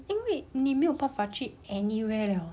因为你没有办法去 anywhere liao